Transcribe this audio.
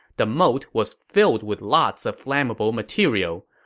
the moat was filled with lots of flammable material.